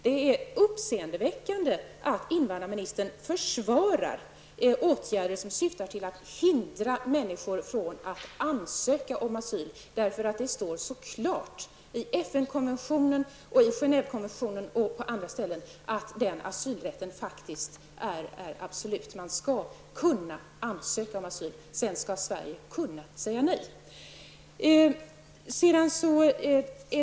Det är uppseendeväckande att invandrarministern försvarar åtgärder som syftar till att hindra människor från att ansöka om asyl, eftersom det står mycket klart i FN-konventionen, i Genèvekonventionen och på andra ställen att rätten att ansöka om asyl är absolut. Man skall kunna ansöka om asyl. Sedan skall Sverige kunna säga nej.